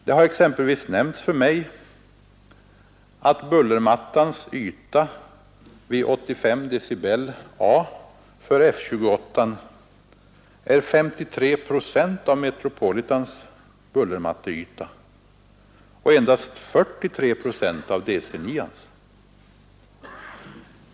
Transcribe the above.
Det har exempelvis nämnts för mig att bullermattans yta vid 85 dBA för F-28 är 53 procent av Metropolitans bullermatteyta och endast 43 procent av DC-9:s.